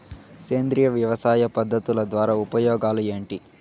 సేంద్రియ వ్యవసాయ పద్ధతుల ద్వారా ఉపయోగాలు ఏంటి?